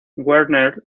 werner